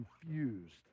confused